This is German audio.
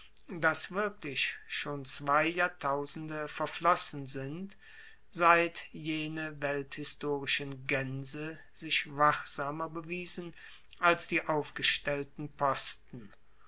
dass wirklich schon zwei jahrtausende verflossen sind seit jene welthistorischen gaense sich wachsamer bewiesen als die aufgestellten posten